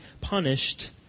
punished